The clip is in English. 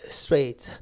straight